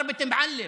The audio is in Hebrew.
(אומר בערבית: